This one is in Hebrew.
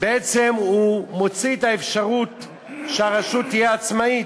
בעצם הוא מוציא את האפשרות שהרשות תהיה עצמאית.